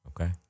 Okay